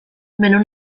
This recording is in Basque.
menu